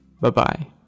Bye-bye